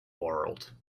world